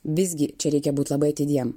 visgi čia reikia būt labai atidiem